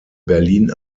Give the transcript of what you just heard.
berlin